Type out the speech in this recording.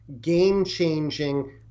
game-changing